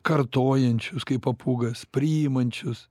kartojančius kaip papūgas priimančius